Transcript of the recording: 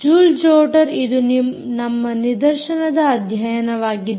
ಜೂಲ್ ಜೊಟ್ಟರ್ ಇದು ನಮ್ಮ ನಿದರ್ಶನದ ಅಧ್ಯಯನವಾಗಿದೆ